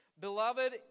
Beloved